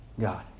God